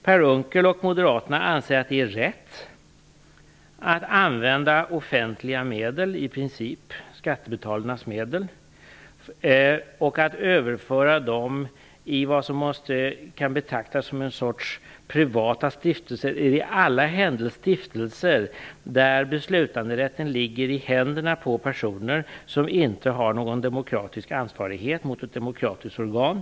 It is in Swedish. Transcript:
Per Unckel och Moderaterna anser att det är rätt att använda offentliga medel - i princip skattebetalarnas medel - och att överföra dem till vad som kan betraktas som en sorts privata stiftelser. Det är i alla händelser stiftelser där beslutanderätten ligger i händerna på personer som inte har någon demokratisk ansvarighet mot ett demokratiskt organ.